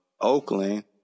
Oakland